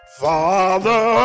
father